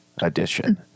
edition